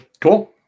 Cool